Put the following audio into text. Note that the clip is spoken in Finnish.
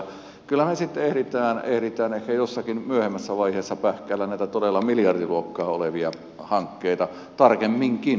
kyllä me sitten ehdimme ehkä jossakin myöhemmässä vaiheessa pähkäillä näitä todella miljardiluokkaa olevia hankkeita tarkemminkin kuin nyt